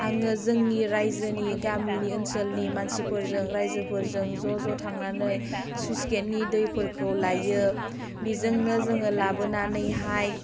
आङो जोंनि रायजोनि गामिनि ओनसोलनि मानसिफोरजों रायजोफोरजों ज' ज' थांनानै सुइस गेटनि दैफोरखौ लायो बिजोंनो जोङो लाबोनानैहाय